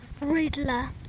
riddler